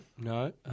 No